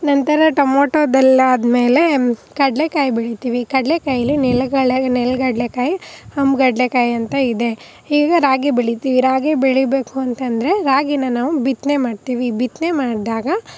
ನಂತರ ಟೊಮೋಟೊದಲ್ಲಾದಮೇಲೆ ಕಡಲೆ ಕಾಯಿ ಬೆಳಿತೀವಿ ಕಡಲೆ ಕಾಯಿಯಲ್ಲಿ ನೆಲ ನೆಲಗಡ್ಲೆ ಕಾಯಿ ಹಮ್ಗಡ್ಲೆ ಕಾಯಿ ಅಂತ ಇದೆ ಈಗ ರಾಗಿ ಬೆಳಿತೀವಿ ರಾಗಿ ಬೆಳಿಬೇಕು ಅಂತ ಅಂದ್ರೆ ರಾಗಿನ ನಾವು ಬಿತ್ತನೆ ಮಾಡ್ತೀವಿ ಬಿತ್ತನೆ ಮಾಡಿದಾಗ